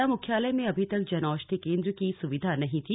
जिला मुख्यालय में अभी तक जन औषधि केंद्र की सुविधा नहीं थी